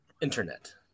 internet